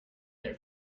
there